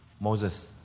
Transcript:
Moses